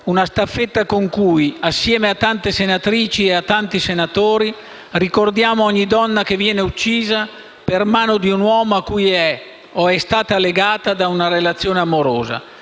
una staffetta con cui, assieme a tante senatrici e tanti senatori, ricordiamo ogni donna che viene uccisa per mano di un uomo a cui è o è stata legata da relazione amorosa.